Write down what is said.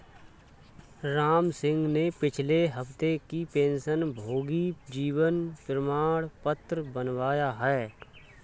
रामसिंह ने पिछले हफ्ते ही पेंशनभोगी जीवन प्रमाण पत्र बनवाया है